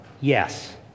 yes